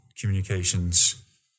communications